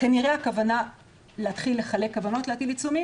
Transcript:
כנראה הכוונה להתחיל להטיל עיצומים,